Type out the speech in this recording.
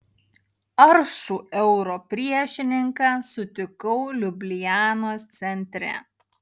aršų euro priešininką sutikau liublianos centre